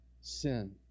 sin